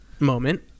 moment